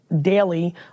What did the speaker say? daily